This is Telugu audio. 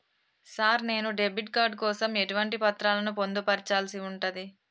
సార్ నేను డెబిట్ కార్డు కోసం ఎటువంటి పత్రాలను పొందుపర్చాల్సి ఉంటది?